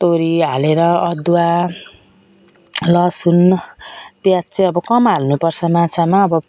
तोरी हालेर अदुवा लसुन प्याज चाहिँ अब कम हाल्नु पर्छ माछामा अब